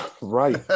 right